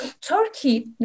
Turkey